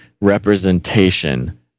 representation